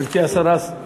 גברתי השרה,